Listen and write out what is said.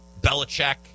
Belichick